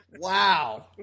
Wow